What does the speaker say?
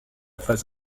phase